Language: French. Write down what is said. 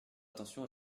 attention